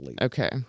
Okay